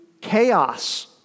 chaos